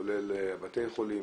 כולל בתי חולים,